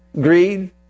greed